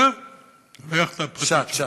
שט.